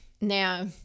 Now